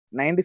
90